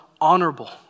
honorable